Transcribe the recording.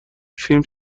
فیلم